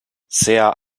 sea